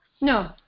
No